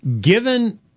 Given